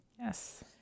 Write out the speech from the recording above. Yes